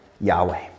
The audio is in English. Yahweh